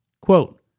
quote